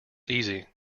easy